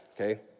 okay